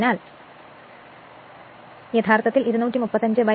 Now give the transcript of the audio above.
അതിനാൽ യഥാർത്ഥത്തിൽ 235 250 0